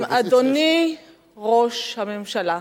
גם אדוני ראש הממשלה,